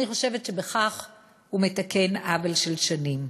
אני חושבת שבכך הוא מתקן עוול של שנים.